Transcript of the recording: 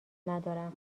ندارم